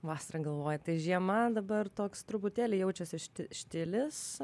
vasarą galvoju tai žiema dabar toks truputėlį jaučiasi šti štilis